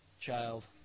child